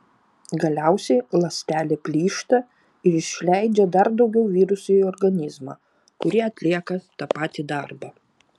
galiausiai ląstelė plyšta ir išleidžia dar daugiau virusų į organizmą kurie atlieka tą patį darbą